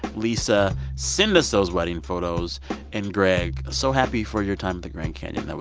lisa send us those wedding photos and greg so happy for your time in the grand canyon.